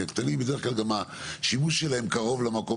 כי הקטנים בדרך כלל גם השימוש שלהם קרוב למקום